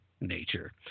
nature